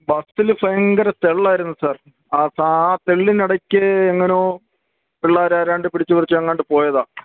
ബസില് ഭയങ്കര തള്ളായിരുന്നു സാർ അ ആ തള്ളിന് ഇടയ്ക്ക് എങ്ങനെയോ പിള്ളേര് ഏതാണ്ട് പിടിച്ച്പറിച്ച് എങ്ങാണ്ട് പോയതാണ്